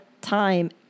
time